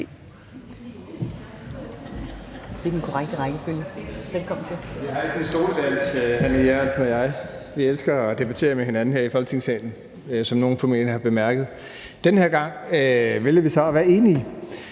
Den her gang vælger vi så at være enige,